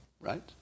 right